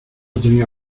tenía